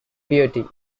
beauty